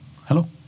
Hello